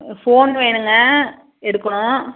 phone வேணுங்க எடுக்கணும்